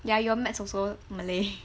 ya your maths also malay